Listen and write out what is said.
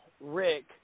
Rick